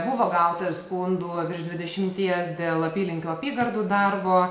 buvo gauta ir skundų virš dvidešimties dėl apylinkių apygardų darbo